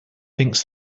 thinks